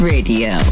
Radio